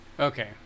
Okay